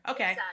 Okay